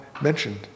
mentioned